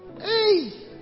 Hey